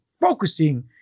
focusing